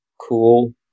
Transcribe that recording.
cool